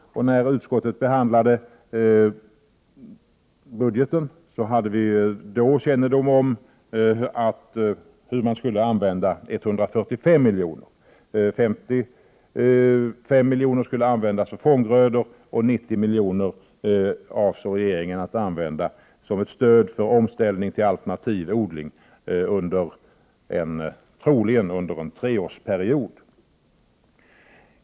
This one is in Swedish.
När utskottet behandlade budgeten hade vi kännedom om användningen av 145 milj.kr. 55 milj.kr. skulle användas för fånggrödor, och 90 milj.kr. skulle enligt regeringen användas för stöd till alternativ odling under troligen en treårsperiod.